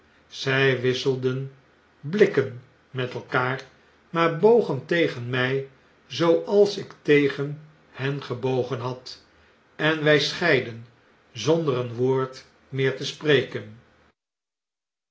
zjj wisselden blikken met elkaar maar bogen tegen mg zooals ik tegen hen gebogen had en wjj scheidden zonder een woord meer te spreken